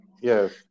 Yes